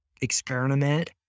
experiment